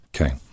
Okay